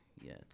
Yes